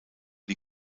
die